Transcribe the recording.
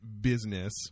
business